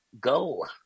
go